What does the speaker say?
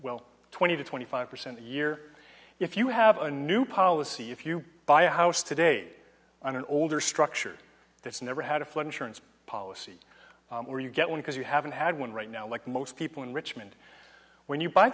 well twenty to twenty five percent a year if you have a new policy if you buy a house today on an older structure that's never had a flood insurance policy where you get one because you haven't had one right now like most people in richmond when you buy